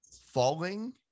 falling